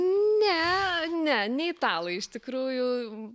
ne ne ne italai iš tikrųjų